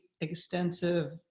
extensive